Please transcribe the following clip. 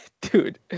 dude